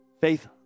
Faith